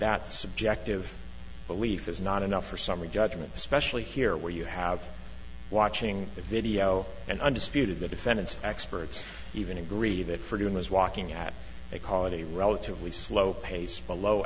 that subjective belief is not enough for summary judgment especially here where you have watching the video and undisputed the defendant's experts even agree that for doing was walking at a colony relatively slow pace below